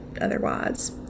otherwise